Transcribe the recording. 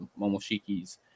Momoshiki's